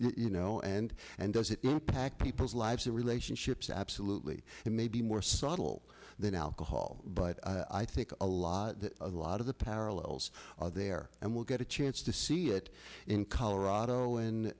you know and and does it pack people's lives in relationships absolutely maybe more subtle than alcohol but i think a lot of a lot of the parallels are there and we'll get a chance to see it in colorado